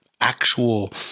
actual